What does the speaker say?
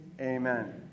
Amen